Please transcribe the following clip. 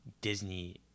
Disney